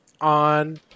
on